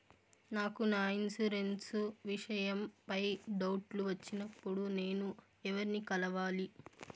నాకు నా ఇన్సూరెన్సు విషయం పై డౌట్లు వచ్చినప్పుడు నేను ఎవర్ని కలవాలి?